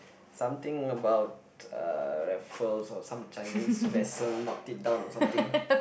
something about uh Raffles or some Chinese western knocked it down or something